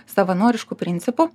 savanorišku principu